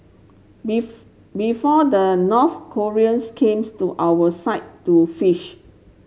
before the North Koreans came to our side to fish